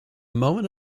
moment